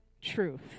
truth